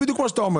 לא.